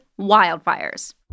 wildfires